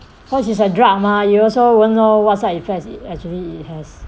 cause it's a drug mah you also won't know what side effects actually it has